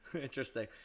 Interesting